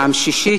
שישית,